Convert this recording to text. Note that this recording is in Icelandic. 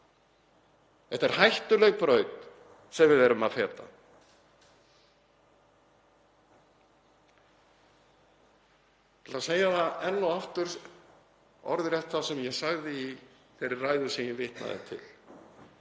Þetta er hættuleg braut sem við erum að feta. Ég ætla að segja enn og aftur orðrétt það sem ég sagði í þeirri ræðu sem ég vitnaði til: